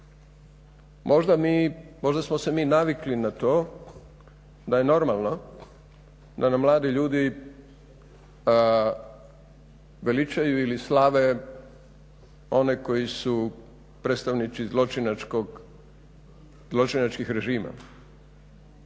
Možda smo se mi navikli na to da je normalno da nam mladi ljudi veličaju ili slave one koji su predstavnici zločinačkih režima,